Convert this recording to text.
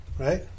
Right